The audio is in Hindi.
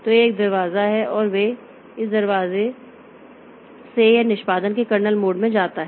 तो एक दरवाजा है और इस दरवाजे से यह निष्पादन के कर्नेल मोड में जाता है